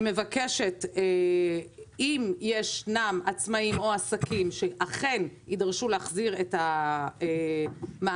אני מבקשת שאם ישנם עצמאים או עסקים שאכן ידרשו להחזיר את המענקים,